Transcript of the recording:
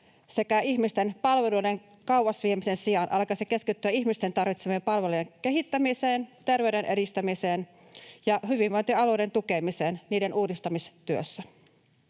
sekä ihmisten palveluiden kauas viemisen sijaan alkaisi keskittyä ihmisten tarvitsemien palvelujen kehittämiseen, terveyden edistämiseen ja hyvinvointialueiden tukemiseen niiden uudistamistyössä.